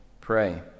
pray